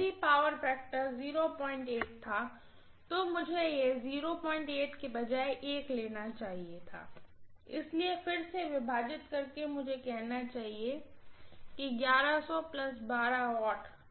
यदि power factor था तो मुझे यह के बजाय लगाना चाहिए था इसलिए फिर से विभाजित करके मुझे कहना चाहिएW